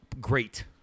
Great